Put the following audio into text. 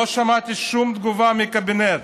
לא שמעתי שום תגובה מהקבינט.